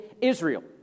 Israel